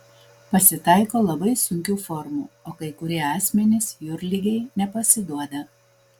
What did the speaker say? pasitaiko labai sunkių formų o kai kurie asmenys jūrligei nepasiduoda